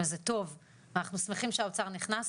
זה טוב ואנחנו שמחים שהאוצר נכנס.